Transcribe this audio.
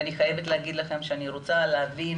ואני חייבת לומר לכם שאני רוצה להבין